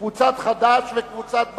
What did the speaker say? קבוצת חד"ש וקבוצת בל"ד,